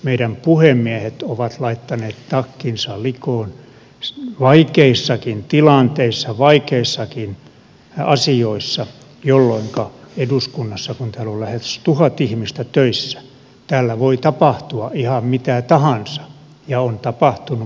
meidän puhemiehemme ovat laittaneet takkinsa likoon vaikeissakin tilanteissa vaikeissakin asioissa jolloinka eduskunnassa kun täällä on lähes tuhat ihmistä töissä voi tapahtua ihan mitä tahansa ja on tapahtunut monenlaisia asioita